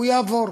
הוא יעבור.